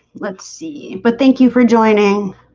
let's see, but thank you for joining